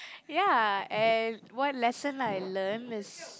ya and what lesson I learn is